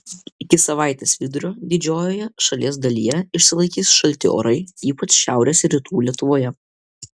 iki savaitės vidurio didžiojoje šalies dalyje išsilaikys šalti orai ypač šiaurės rytų lietuvoje